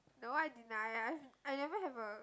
no I deny I've I never have a